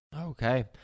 Okay